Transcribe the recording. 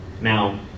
Now